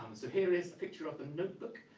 so here is a picture of the notebook,